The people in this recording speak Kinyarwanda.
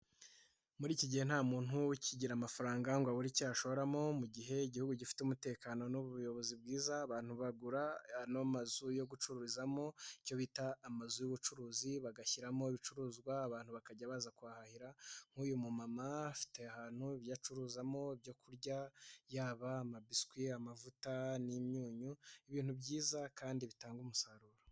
Muri iki gihe nta muntu ukigira amafaranga ngobura icyashoramo mu gihe igihugu gifite umutekano n'ubuyobozi bwiza. Abantu bagura ano mazu yo gucururizamo icyo bita amazu y'ubucuruzi bagashyiramo ibicuruzwa abantu bakajya baza kuhahira, nk'uyu mumama afite ahantu ibyocuruzamo ibyo kurya yaba amabiswi, amavuta n'imyunyu, ibintu byiza kandi bitanga umusaruro.